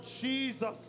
Jesus